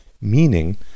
meaning